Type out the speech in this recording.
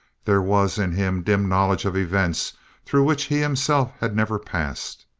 there was in him dim knowledge of events through which he himself had never passed.